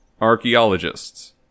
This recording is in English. archaeologists